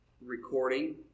recording